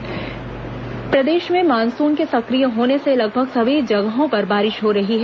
मौसम प्रदेश में मानसुन के सक्रिय होने से लगभग सभी जगहों पर बारिश हो रही है